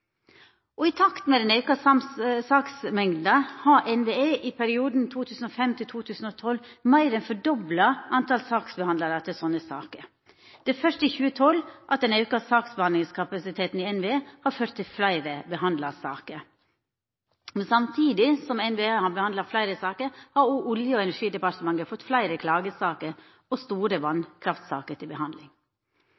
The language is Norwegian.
I takt med den auka saksmengda har NVE i perioden 2005 til 2012 meir enn fordobla talet saksbehandlarar til sånne saker. Det er først i 2012 at den auka saksbehandlingskapasiteten i NVE har ført til fleire behandla saker, men samtidig som NVE har behandla fleire saker, har Olje- og energidepartementet fått fleire klagesaker og store